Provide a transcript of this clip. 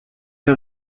der